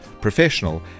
professional